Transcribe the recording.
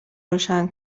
روشن